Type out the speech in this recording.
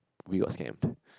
we got scammed